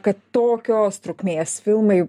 kad tokios trukmės filmai